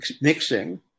mixing